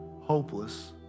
hopeless